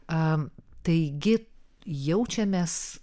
a taigi jaučiamės